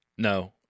No